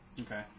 Okay